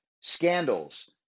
scandals